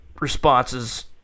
responses